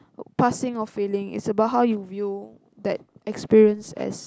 passing or failing it's about how you view that experience as